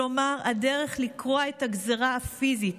כלומר הדרך לקרוע את הגזרה הפיזית,